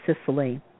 Sicily